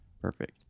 Perfect